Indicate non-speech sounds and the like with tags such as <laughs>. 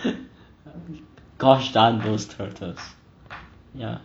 <laughs> gosh darn those turtles ya